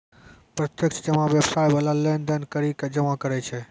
प्रत्यक्ष जमा व्यवसाय बाला लेन देन करि के जमा करै छै